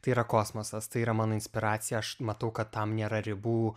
tai yra kosmosas tai yra mano inspiracija aš matau kad tam nėra ribų